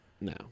No